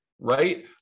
right